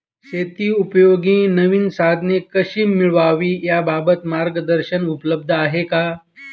शेतीउपयोगी नवीन साधने कशी मिळवावी याबाबत मार्गदर्शन उपलब्ध आहे का?